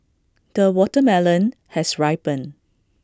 the watermelon has ripened